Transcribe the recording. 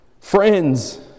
friends